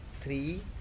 three